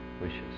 wishes